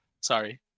Sorry